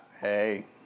hey